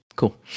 cool